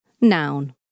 noun